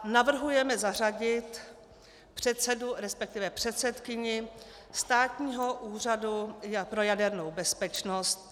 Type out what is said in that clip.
Navrhujeme zařadit předsedu, respektive předsedkyni Státního úřadu pro jadernou bezpečnost.